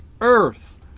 earth